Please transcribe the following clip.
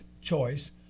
choice